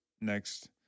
next